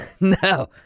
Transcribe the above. No